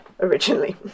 originally